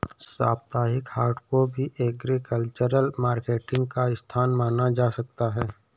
साप्ताहिक हाट को भी एग्रीकल्चरल मार्केटिंग का स्थान माना जा सकता है